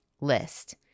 list